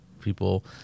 people